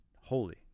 holy